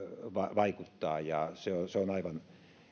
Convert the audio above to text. vaikuttaa ja se se on aivan